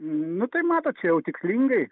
nu tai matot čia jau tikslingai